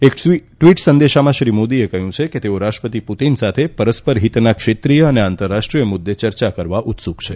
એક ટવીટ સંદેશામાં શ્રી મોદીએ કહ્યું છે કે તેઓ રાષ્ટ્રપતિ પુતીન સાથે પરસ્પર હીતના ક્ષેત્રીય અને આંતરરાષ્ટ્રીય મુદૃ ચર્ચા કરવા ઉત્સુક છે